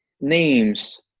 names